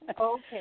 Okay